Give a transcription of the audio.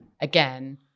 again